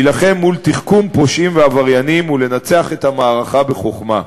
כדי להילחם מול תחכום פושעים ועבריינים ולנצח במערכה בחוכמה.